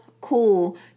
cool